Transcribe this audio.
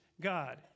God